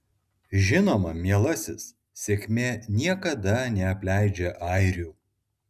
žinoma mielasis sėkmė niekada neapleidžia airių